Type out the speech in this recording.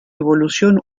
evolución